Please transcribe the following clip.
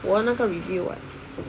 我那个 review [what]